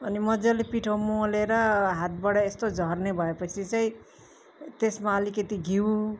अनि मज्जाले पिठो मोलेर हातबाट यस्तो झर्ने भएपछि चाहिँ त्यसमा अलिकति घिउ